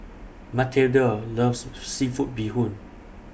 Matilde loves Seafood Bee Hoon